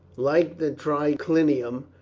like the triclinium,